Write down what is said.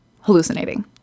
Hallucinating